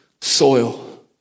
soil